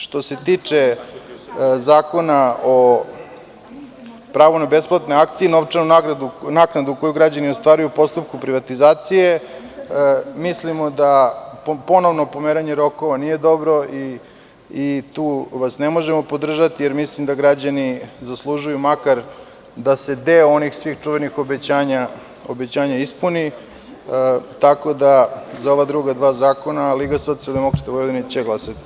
Što se tiče Zakona o pravu na besplatne akcije i novčanu naknadu koju građani ostvaruju u postupku privatizacije, mislimo da ponovno pomeranje rokova nije dobro i tu vas ne možemo podržati, jer mislim da građani zaslužuju makar da se deo onih čuvenih obećanja ispuni, tako da za ova druga dva zakona LSV će glasati.